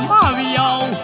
Mario